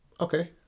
Okay